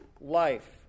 life